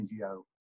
NGO